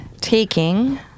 taking